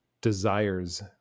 desires